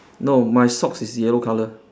no my socks is yellow color